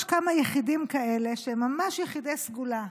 כמה יחידים כאלה שהם ממש יחידי סגולה.